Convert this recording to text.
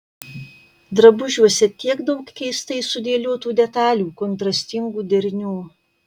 drabužiuose tiek daug keistai sudėliotų detalių kontrastingų derinių